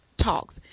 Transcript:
talks